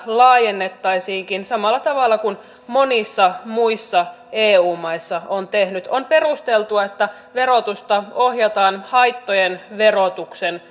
laajennettaisiinkin samalla tavalla kuin monissa muissa eu maissa on tehty on perusteltua että verotusta ohjataan haittojen verotuksen